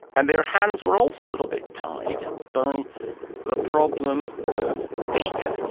and their hands were also a little bit tied by the problem of data.